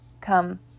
come